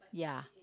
ya